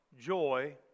joy